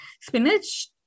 spinach